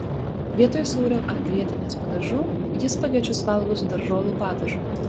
vietoj sūrio ar grietinės padažų ji spagečius valgo su daržovių padažu